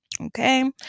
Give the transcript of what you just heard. Okay